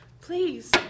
Please